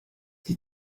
die